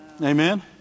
Amen